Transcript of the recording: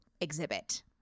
exhibit